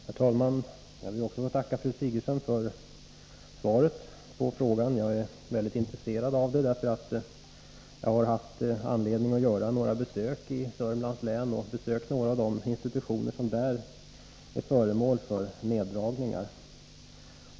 Herr talman! Jag vill tacka fru Sigurdsen för svaret på frågan. För min del är jag mycket intresserad. Jag har haft anledning att göra besök vid några institutioner i Södermanlands län, vilka är föremål för neddragningar.